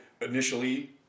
initially